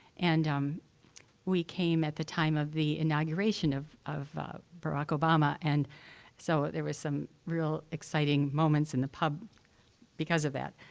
and um we came at the time of the inauguration of of barack obama, and so there were some really exciting moments in the pub because of that.